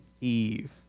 Eve